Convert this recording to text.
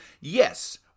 yes